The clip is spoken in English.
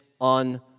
on